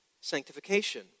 sanctification